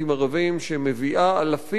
שמביאה אלפים רבים מהם